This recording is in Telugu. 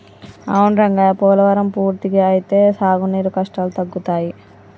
అవును రంగయ్య పోలవరం పూర్తి అయితే సాగునీరు కష్టాలు తగ్గుతాయి